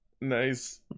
nice